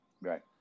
Right